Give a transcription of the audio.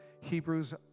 hebrews